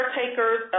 caretakers